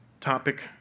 topic